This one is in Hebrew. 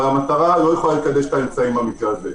אבל המטרה לא מקדשת את האמצעים במקרה הזה.